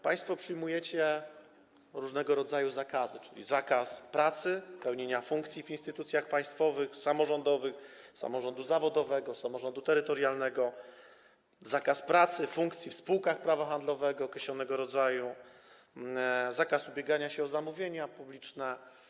Państwo przyjmujecie różnego rodzaju zakazy, czyli zakaz pracy, pełnienia funkcji w instytucjach państwowych, samorządowych, samorządu zawodowego, samorządu terytorialnego, zakaz pracy, pełnienia funkcji w spółkach prawa handlowego określonego rodzaju, zakaz ubiegania się o zamówienia publiczne.